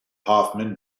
hoffmann